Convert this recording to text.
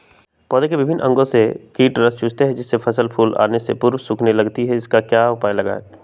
पौधे के विभिन्न अंगों से कीट रस चूसते हैं जिससे फसल फूल आने के पूर्व सूखने लगती है इसका क्या उपाय लगाएं?